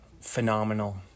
phenomenal